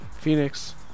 Phoenix